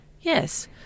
Yes